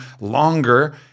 longer